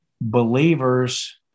believers